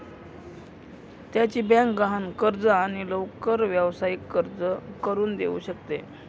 त्याची बँक गहाण कर्ज आणि लवकर व्यावसायिक कर्ज करून देऊ शकते